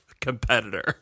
competitor